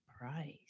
price